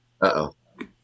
Uh-oh